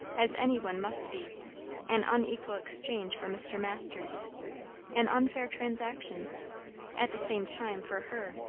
as any one must be an unequal exchange for mr. masters an unfair transaction at the same time, for her,